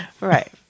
Right